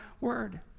word